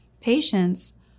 patients